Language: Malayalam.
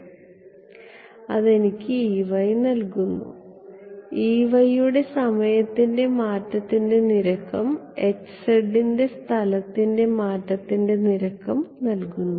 അതിനാൽ അത് എനിക്ക് നൽകുന്നു യുടെ സമയത്തിന്റെയ മാറ്റത്തിൻറെ നിരക്കും ൻറെ സ്ഥലത്തിന്റെ മാറ്റത്തിൻറെ നിരക്കും നൽകുന്നു